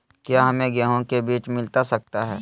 क्या हमे गेंहू के बीज मिलता सकता है?